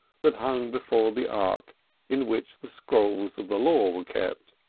that hung before the ark in which the scrolls of the law were kept.